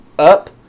Up